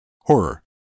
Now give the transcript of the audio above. horror